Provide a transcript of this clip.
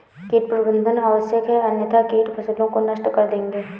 कीट प्रबंधन आवश्यक है अन्यथा कीट फसलों को नष्ट कर देंगे